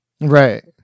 right